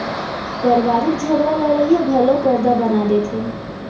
परवारिक झगरा लड़ई ह घलौ परदा बना देथे